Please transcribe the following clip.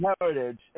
Heritage